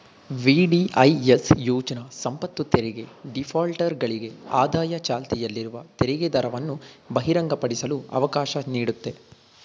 VDIS ಯೋಜ್ನ ಸಂಪತ್ತುತೆರಿಗೆ ಡಿಫಾಲ್ಟರ್ಗಳಿಗೆ ಆದಾಯ ಚಾಲ್ತಿಯಲ್ಲಿರುವ ತೆರಿಗೆದರವನ್ನು ಬಹಿರಂಗಪಡಿಸಲು ಅವಕಾಶ ನೀಡುತ್ತೆ